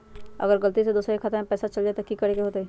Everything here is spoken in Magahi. अगर गलती से दोसर के खाता में पैसा चल जताय त की करे के होतय?